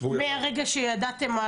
מהרגע שידעתם?